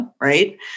Right